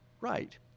Right